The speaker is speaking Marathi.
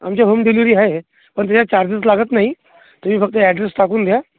आमच्या होम डिलिव्हरी आहे पण त्याच्यात चार्जेस लागत नाही तुम्ही फक्त ॲड्रेस टाकून द्या